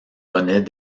bonnet